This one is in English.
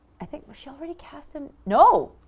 i think was she already cast in? no,